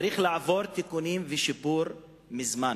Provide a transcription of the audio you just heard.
היה צריך לעבור תיקונים ושיפור מזמן,